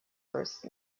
first